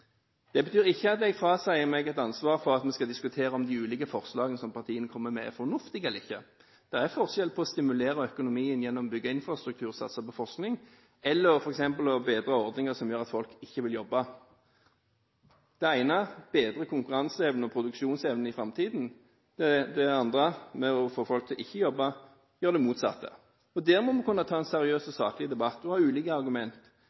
Det betyr ikke at jeg frasier meg et ansvar for at vi skal diskutere om de ulike forslagene som partiene kommer med, er fornuftige eller ikke. Det er forskjell på å stimulere økonomien gjennom å bygge infrastruktur og satse på forskning og f.eks. å bedre ordninger som gjør at folk ikke vil jobbe. Det ene bedrer konkurranseevnen og produksjonsevnen i framtiden, det andre – å få folk til ikke å jobbe – gjør det motsatte. Der må vi kunne ta en seriøs og saklig debatt og ha ulike